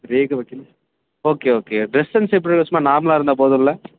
ரேகை வைக்கணும் okay okay dress sense எப்படி சும்மா நார்மலாக இருந்தால் போதும்ல